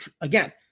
again